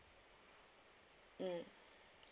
mm